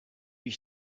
ich